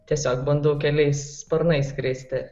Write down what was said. tiesiog bandau keliais sparnais skristi